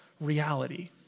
reality